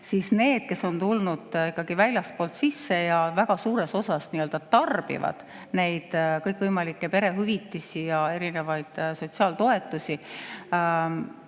et nemad, kes on tulnud väljastpoolt sisse ja väga suures osas [kasutavad] neid kõikvõimalikke perehüvitisi ja erinevaid sotsiaaltoetusi,